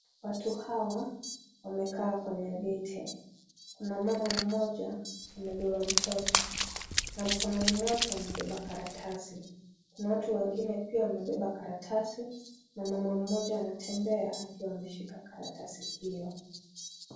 Watu hawa, wamekaa kwenye viti. Kuna mama mmoja, amebeba mtoto na mkononi mwake amebeba karatasi. Kuna watu wengine pia, wamebeba karatasi na mama mmoja anatembea akiwa ameshika karatasi hiyo.